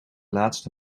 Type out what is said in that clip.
laatste